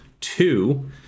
Two